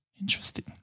interesting